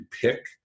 pick